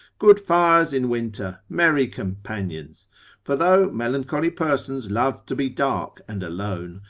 good fires in winter, merry companions for though melancholy persons love to be dark and alone,